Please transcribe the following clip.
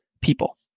people